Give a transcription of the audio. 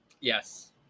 yes